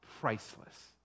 priceless